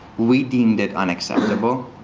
we deemed it unacceptable.